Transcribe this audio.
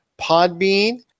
Podbean